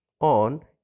on